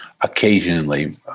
occasionally